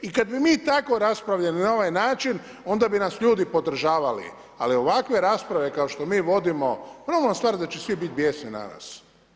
I kada mi tako raspravljali na ovaj način onda bi nas ljudi podržavali, ali ovakve rasprave kao što mi vodimo normalna stvar da će svi biti bijesni na nas.